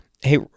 Hey